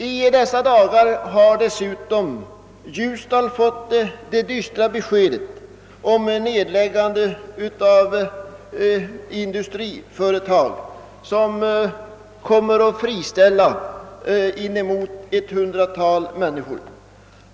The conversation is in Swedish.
I dessa dagar har dessutom Ljusdal fått det dystra beskedet om nedläggande av industriföretag som kommer att friställa inemot ett hundratal människor.